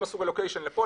הם עשו רילוקיישן לפה,